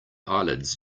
eyelids